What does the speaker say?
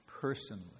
personally